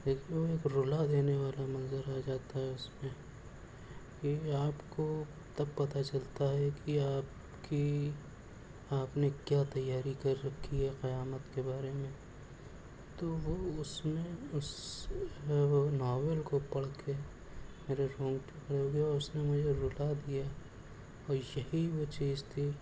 ایک رلا دینے والا منظر آ جاتا ہے اس میں کیونکہ آپ کو تب پتہ چلتا ہے کہ آپ کی آپ نے کیا تیاری کر رکھی ہے قیامت کے بارے میں تو وہ اس میں اس وہ ناول کو پڑھ کے میرے رونگٹے کھڑے ہو گئے اور اس نے مجھے رلا دیا اور یہی وہ چیز تھی